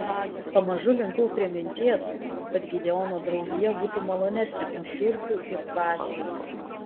pamažu linkau prie minties kad gideono draugija būtų malonesnė už žiurkių ir dvasių